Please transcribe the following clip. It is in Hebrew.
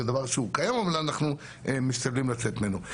זה דבר שהוא קיים אבל אנחנו משתדלים לצאת ממנו.